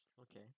Okay